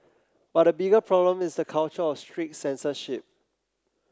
but the bigger problem is the culture of strict censorship